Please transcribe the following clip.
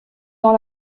dans